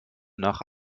nach